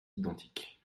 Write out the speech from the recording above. identiques